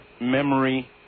memory